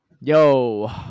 Yo